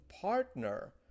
partner